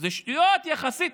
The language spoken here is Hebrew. הרי זה שטויות, יחסית.